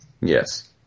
Yes